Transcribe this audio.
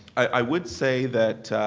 i would say that